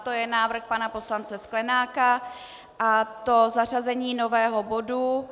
To je návrh pana poslance Sklenáka na zařazení nového bodu.